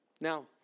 Now